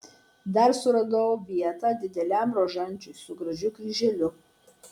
dar suradau vietą dideliam rožančiui su gražiu kryželiu